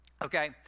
okay